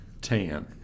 tan